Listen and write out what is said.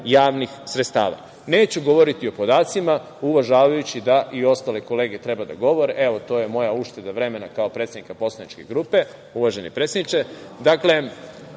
javnih sredstava. Neću govoriti o podacima, uvažavajući da i ostale kolege treba da govore. Evo, to je moja ušteda vremena kao predsednika poslaničke grupe, uvaženi predsedniče.